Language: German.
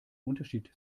unterschied